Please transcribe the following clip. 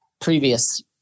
previous